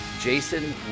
Jason